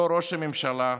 אותו ראש הממשלה שבערב,